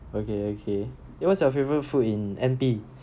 okay okay then what's your favourite food in N_P